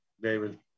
David